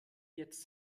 jetzt